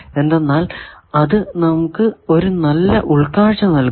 എന്തെന്നാൽ അത് നമുക്ക് ഒരു നല്ല ഉൾകാഴ്ച നൽകുന്നു